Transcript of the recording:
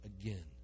again